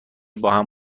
باهم